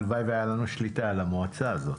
הלוואי והייתה לנו שליטה על המועצה הזאת.